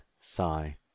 Sigh